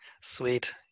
sweet